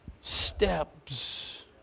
steps